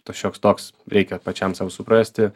tas šioks toks reikia pačiam sau suprasti